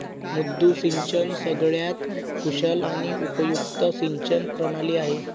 मुद्दू सिंचन सगळ्यात कुशल आणि उपयुक्त सिंचन प्रणाली आहे